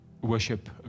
worship